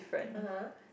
(uh huh)